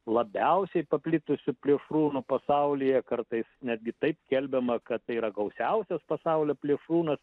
labiausiai paplitusiu plėšrūnu pasaulyje kartais netgi taip skelbiama kad tai yra gausiausias pasaulio plėšrūnas